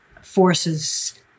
forces